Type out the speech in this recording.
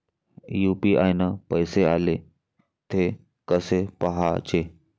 UPI न पैसे आले, थे कसे पाहाचे?